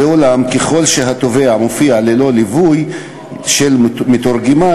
ואולם ככל שהתובע מופיע ללא ליווי של מתורגמן,